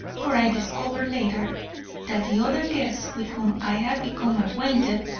for i discovered later that the other guests with whom i had become acquainted,